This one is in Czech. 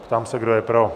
Ptám se, kdo je pro.